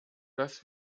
dass